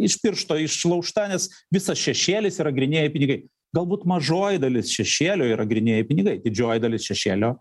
iš piršto išlaužta nes visas šešėlis yra grynieji pinigai galbūt mažoji dalis šešėlio yra grynieji pinigai didžioji dalis šešėlio